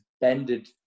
bended